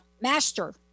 master